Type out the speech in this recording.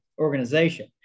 organization